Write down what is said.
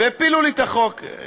והפילו לי את החוק.